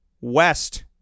west